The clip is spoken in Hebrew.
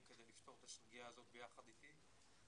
כדי לפתור את הסוגיה הזאת ביחד איתי.